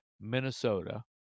Minnesota